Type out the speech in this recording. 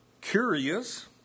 Curious